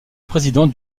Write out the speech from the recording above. président